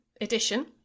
edition